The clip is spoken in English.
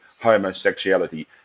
homosexuality